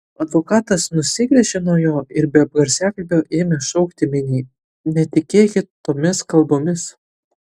advokatas nusigręžė nuo jo ir be garsiakalbio ėmė šaukti miniai netikėkit tomis kalbomis